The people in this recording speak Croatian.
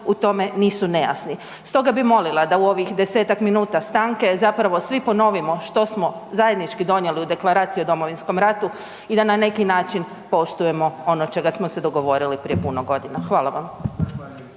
u tome nisu nejasni. Stoga bih molila da u ovih desetak minuta stanke zapravo svi ponovimo što smo zajednički donijeli u Deklaraciji o Domovinskom ratu i da na neki način poštujemo ono čega smo se dogovorili prije puno godina. Hvala vam.